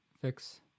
fix